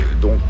donc